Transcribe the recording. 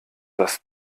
das